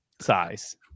size